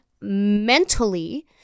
mentally